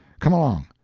come along!